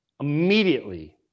immediately